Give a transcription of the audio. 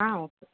ஆ okay